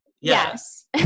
Yes